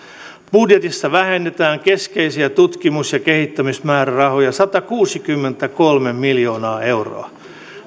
budjetissa vähennetään keskeisiä tutkimus ja kehittämismäärärahoja satakuusikymmentäkolme miljoonaa euroa